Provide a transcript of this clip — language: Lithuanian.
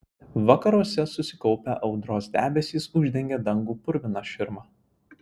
vakaruose susikaupę audros debesys uždengė dangų purvina širma